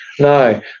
No